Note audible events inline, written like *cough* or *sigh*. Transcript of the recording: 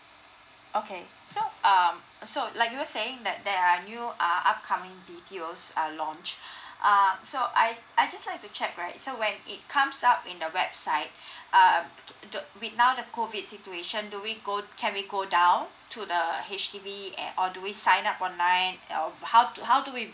okay so um so like you were saying that there are new err upcoming B_T_O's are launch *breath* err so I I just like to check right so when it comes up in the website *breath* err d~ with now the COVID situation do we go can we go down to the H_D_B eh or do we sign up online uh how how do we